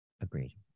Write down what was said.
Agreed